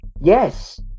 Yes